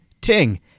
Ting